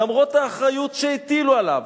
למרות האחריות שהטילו עליו,